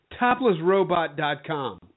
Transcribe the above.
toplessrobot.com